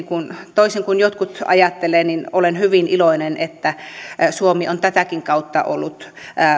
toisin kuin jotkut muut ajattelevat itse olen hyvin iloinen että suomi on tätäkin kautta ollut